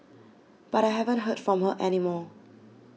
but I haven't heard from her any more